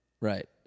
Right